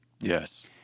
yes